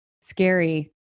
scary